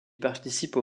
participent